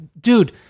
dude